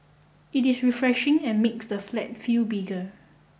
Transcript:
it is refreshing and makes the flat feel bigger